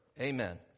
Amen